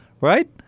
right